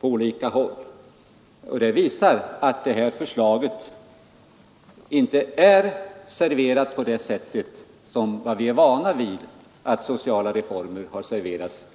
på olika håll i pressen. Det tyder klart på att förslaget inte är serverat på det sätt som vi är vana vid att sociala reformer serveras på.